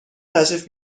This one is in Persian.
تشریف